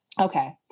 okay